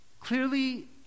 clearly